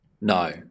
No